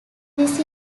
this